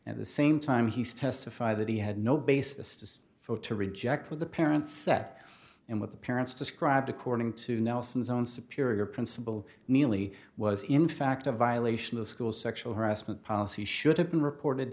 at the same time he's testified that he had no basis to photo reject with the parents set and with the parents described according to nelson's own superior plan bill neely was in fact a violation of school sexual harassment policy should have been reported